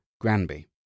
Granby